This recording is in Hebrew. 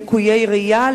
לקויי ראייה,